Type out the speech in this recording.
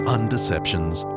Undeceptions